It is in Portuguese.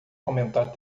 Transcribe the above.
comentar